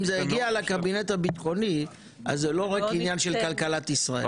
אם זה מגיע לקבינט הבטחוני זה לא רק עניין של כלכלת ישראל,